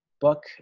book